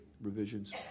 revisions